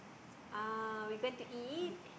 uh we going to eat